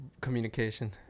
communication